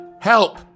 Help